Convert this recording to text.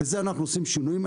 בזה אנחנו עושים שינויים.